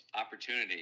opportunity